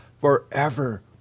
forever